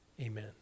Amen